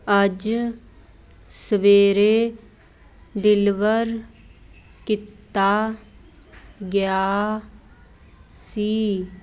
ਅੱਜ ਸਵੇਰੇ ਡਿਲਵਰ ਕੀਤਾ ਗਿਆ ਸੀ